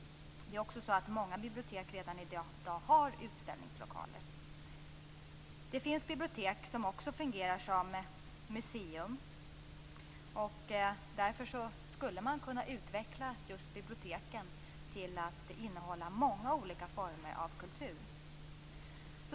Många bibliotek har redan i dag utställningslokaler. Det finns bibliotek som också fungerar som museum. Därför skulle man kunna utveckla just biblioteken till att innehålla många olika former av kultur.